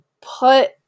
put